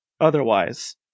otherwise